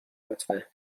لطفا